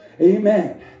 Amen